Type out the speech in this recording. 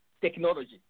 technology